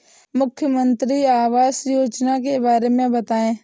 मुख्यमंत्री आवास योजना के बारे में बताए?